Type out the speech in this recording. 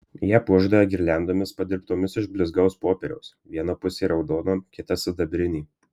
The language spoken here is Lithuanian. ją puošdavę girliandomis padirbtomis iš blizgaus popieriaus viena pusė raudona kita sidabrinė